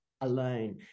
alone